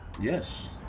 Yes